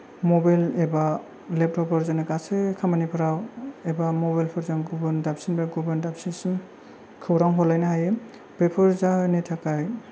mobile एबा लेपतपफोर जोंनि गासै खामानिफोराव एबा मबाइलफोरजों गुबुन दाबसे जायगानिफ्राय गुबुन दाबसेसिम खौरां हरलायनो हायो बेफोर जाहोननि थाखाय